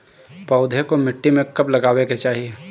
पौधे को मिट्टी में कब लगावे के चाही?